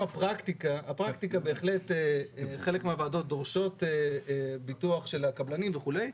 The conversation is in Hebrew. שחלק מהוועדות דורשות ביטוח של הקבלנים וכולי.